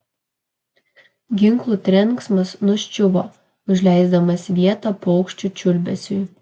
ginklų trenksmas nuščiuvo užleisdamas vietą paukščių čiulbesiui